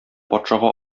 патшага